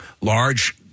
large